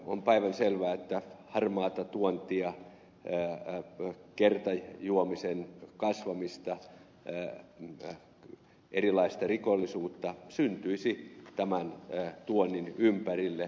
on päivänselvää että harmaata tuontia ehkä hän kertoi juomiseen kansallisteatteri kertajuomisen kasvamista erilaista rikollisuutta syntyisi tämän tuonnin ympärille